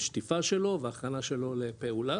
שטיפה שלו והכנה שלו לפעולה,